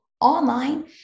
online